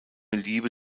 liebe